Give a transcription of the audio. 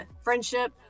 friendship